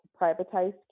privatized